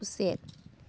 ꯎꯆꯦꯛ